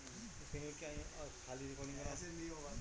पता के खातिर कौन कौन सा पेपर चली?